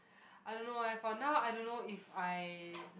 I don't know eh for now I don't know if I